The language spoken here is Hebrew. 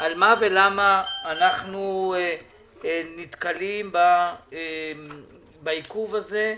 על מה ולמה אנחנו נתקלים בעיכוב הזה.